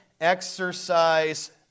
exercise